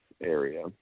area